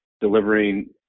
delivering